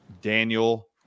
daniel